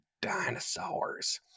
dinosaurs